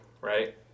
right